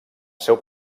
seu